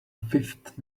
fifth